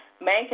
main